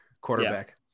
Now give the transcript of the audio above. quarterback